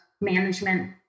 management